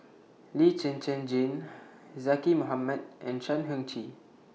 Lee Zhen Zhen Jane Zaqy Mohamad and Chan Heng Chee